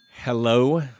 Hello